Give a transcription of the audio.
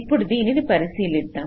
ఇప్పుడు దీనిని పరిశీలిద్దాం